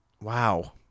Wow